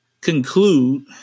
conclude